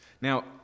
Now